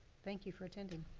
thank you for attending.